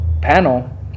panel